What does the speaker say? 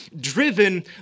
driven